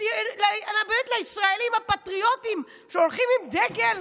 לישראלים הפטריוטים שהולכים עם דגל